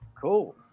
Cool